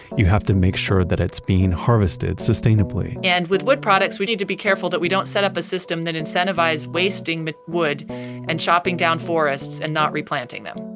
you have to make sure that it's being harvested sustainably and with wood products, we need to be careful that we don't set up a system that incentivize wasting but wood and chopping down forests and not replanting them.